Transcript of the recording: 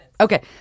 Okay